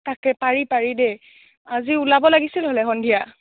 তাকে পাৰি পাৰি দেই আজি ওলাব লাগিছিল হ'লে সন্ধিয়া